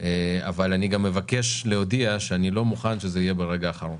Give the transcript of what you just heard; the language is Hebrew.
אבל אני גם מבקש להודיע שאני לא מוכן שזה יהיה ברגע האחרון.